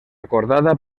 acordada